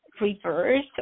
reverse